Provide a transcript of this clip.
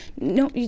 no